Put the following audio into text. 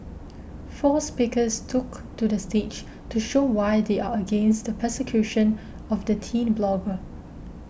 four speakers took to the stage to show why they are against the persecution of the teen blogger